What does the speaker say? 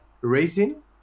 racing